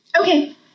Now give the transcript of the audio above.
Okay